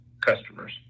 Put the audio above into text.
customers